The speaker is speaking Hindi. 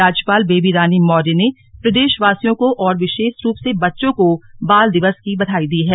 राज्यपाल बेबी रानी मौर्य ने प्रदेशवासियों को और विशेष रूप से बच्चों को बाल दिवस र्की बधाई दी है